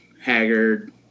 Haggard